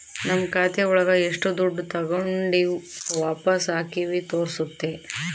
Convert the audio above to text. ನಮ್ ಖಾತೆ ಒಳಗ ಎಷ್ಟು ದುಡ್ಡು ತಾಗೊಂಡಿವ್ ವಾಪಸ್ ಹಾಕಿವಿ ತೋರ್ಸುತ್ತೆ